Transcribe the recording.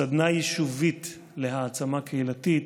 סדנה יישובית להעצמה קהילתית,